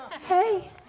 hey